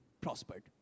prospered